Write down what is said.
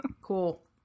Cool